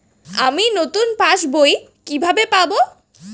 আমি নতুন পাস বই কিভাবে পাব?